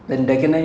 okay